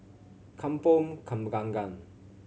Kampong